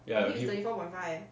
ya your hip